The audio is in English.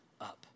up